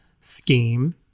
scheme